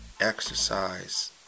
Exercise